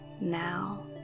now